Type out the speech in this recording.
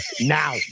Now